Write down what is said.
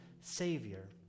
Savior